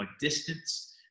distance